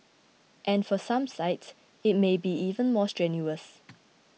and for some sites it may be even more strenuous